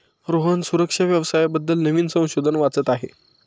रोहन सुरक्षा व्यवसाया बद्दल नवीन संशोधन वाचत आहे